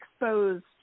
exposed